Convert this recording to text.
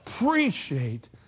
appreciate